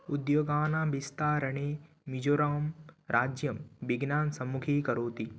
उद्योगानां विस्तारणे मिजोरां राज्यं विघ्नान् सम्मुखीकरोति